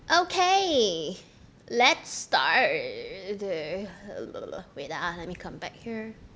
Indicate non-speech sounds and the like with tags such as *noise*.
okay let's start the *noise* wait ah let me come back here